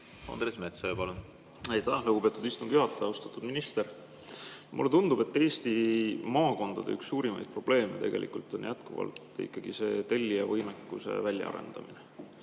Andres Metsoja, palun! Aitäh, lugupeetud istungi juhataja! Austatud minister! Mulle tundub, et Eesti maakondade üks suurimaid probleeme on jätkuvalt ikkagi see tellija võimekuse väljaarendamine.